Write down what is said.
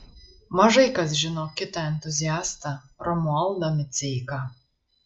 mažai kas žino kitą entuziastą romualdą miceiką